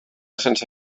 sense